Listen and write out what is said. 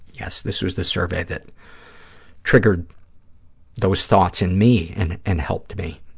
yes, this was the survey that triggered those thoughts in me and and helped me.